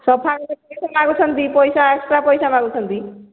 ସଫା ମାଗୁଛନ୍ତି ପଇସା ଏକ୍ସଟ୍ରା ପଇସା ମାଗୁଛନ୍ତି